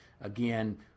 Again